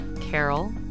Carol